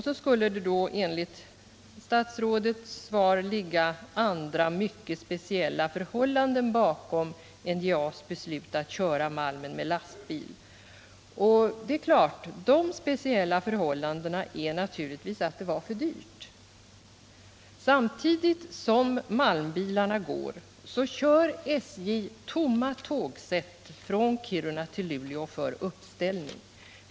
Så skulle det då enligt statsrådets svar ligga andra mycket speciella förhållanden bakom NJA:s beslut att köra malmen med lastbil. Ja, de speciella förhållandena är naturligtvis att tågtransport blev för dyrt. Samtidigt som malmbilarna går kör SJ tomma tågsätt från Kiruna till Luleå för uppställning.